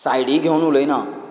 सायडीक येवन उलयना